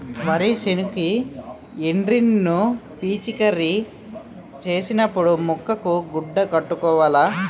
వరి సేనుకి ఎండ్రిన్ ను పిచికారీ సేసినపుడు ముక్కుకు గుడ్డ కట్టుకోవాల